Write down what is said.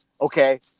okay